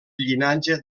llinatge